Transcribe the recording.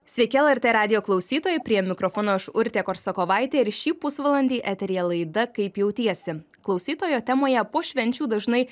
sveiki lrt radijo klausytojai prie mikrofono aš urtė korsakovaitė ir šį pusvalandį eteryje laida kaip jautiesi klausytojo temoje po švenčių dažnai